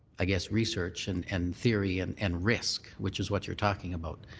i guess research and and theory and and risk, which is what you're talking about,